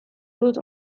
dut